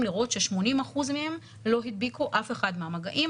לראות ש-80% מהם לא הדביקו אף אחד מהמגעים.